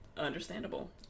Understandable